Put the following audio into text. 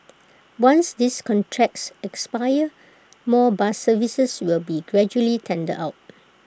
once these contracts expire more bus services will be gradually tendered out